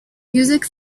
music